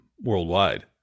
worldwide